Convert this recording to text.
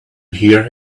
hear